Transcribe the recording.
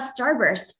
Starburst